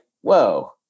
Whoa